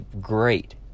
great